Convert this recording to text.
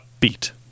upbeat